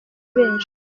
benshi